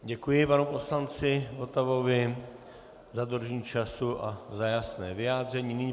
Děkuji panu poslanci Votavovi za dodržení času a za jasné vyjádření.